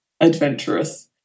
adventurous